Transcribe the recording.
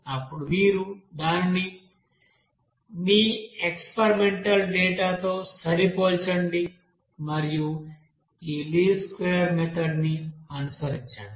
అప్పుడు మీరు దానిని మీ ఎక్స్పెరిమెంటల్ డేటా తో సరిపోల్చండి మరియు ఈ లీస్ట్ స్క్వేర్ మెథడ్ ని అనుసరించండి